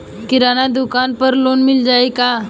किराना दुकान पर लोन मिल जाई का?